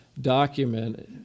document